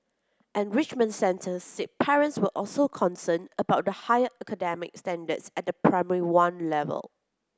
enrichment centres said parents were also concerned about the higher academic standards at the Primary One level